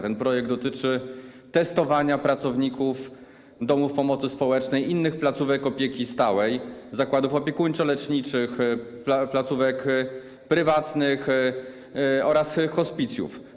Ten projekt dotyczy testowania pracowników domów pomocy społecznej, innych placówek opieki stałej, zakładów opiekuńczo-leczniczych, placówek prywatnych oraz hospicjów.